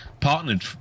partnered